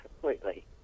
completely